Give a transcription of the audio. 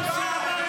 קריאה ראשונה.